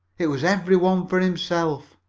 it was every one for himself.